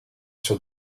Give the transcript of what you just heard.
sur